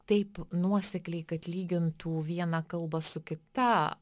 taip nuosekliai kad lygintų vieną kalbą su kita